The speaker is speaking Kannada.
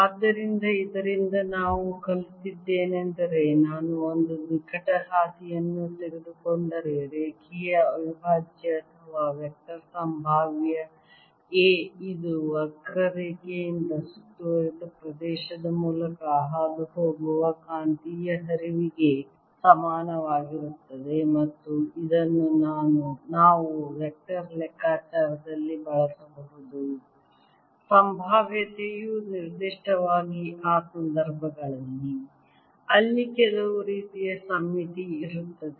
ಆದ್ದರಿಂದ ಇದರಿಂದ ನಾವು ಕಲಿತದ್ದೇನೆಂದರೆ ನಾನು ಒಂದು ನಿಕಟ ಹಾದಿಯನ್ನು ತೆಗೆದುಕೊಂಡರೆ ರೇಖೆಯ ಅವಿಭಾಜ್ಯ ಅಥವಾ ವೆಕ್ಟರ್ ಸಂಭಾವ್ಯ A ಇದು ವಕ್ರರೇಖೆಯಿಂದ ಸುತ್ತುವರಿದ ಪ್ರದೇಶದ ಮೂಲಕ ಹಾದುಹೋಗುವ ಕಾಂತೀಯ ಹರಿವಿಗೆ ಸಮಾನವಾಗಿರುತ್ತದೆ ಮತ್ತು ಇದನ್ನು ನಾವು ವೆಕ್ಟರ್ ಲೆಕ್ಕಾಚಾರದಲ್ಲಿ ಬಳಸಿಕೊಳ್ಳಬಹುದು ಸಂಭಾವ್ಯತೆಯು ನಿರ್ದಿಷ್ಟವಾಗಿ ಆ ಸಂದರ್ಭಗಳಲ್ಲಿ ಅಲ್ಲಿ ಕೆಲವು ರೀತಿಯ ಸಮ್ಮಿತಿ ಇರುತ್ತದೆ